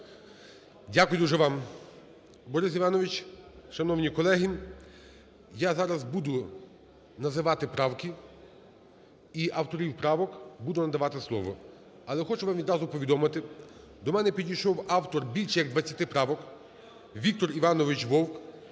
Дякую дуже вам. Борис Іванович, шановні колеги, я зараз буду називати правки і авторам правок буду надавати слово. Але хочу вам відразу повідомити: до мене підійшов автор більш як 20 правок, Віктор Іванович Вовк,